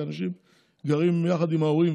כי אנשים גרים יחד עם ההורים,